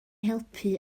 helpu